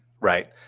Right